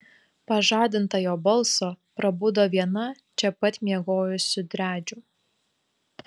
pažadinta jo balso prabudo viena čia pat miegojusių driadžių